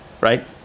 right